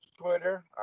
Twitter